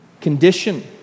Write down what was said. condition